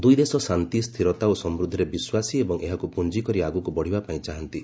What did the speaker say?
ଦୁଇ ଦେଶ ଶାନ୍ତି ସ୍ଥିରତା ଓ ସମୃଦ୍ଧିରେ ବିଶ୍ୱାସୀ ଏବଂ ଏହାକୁ ପୁଞ୍ଜି କରି ଆଗକୁ ବଢ଼ିବା ପାଇଁ ଚାହାନ୍ତି